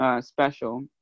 special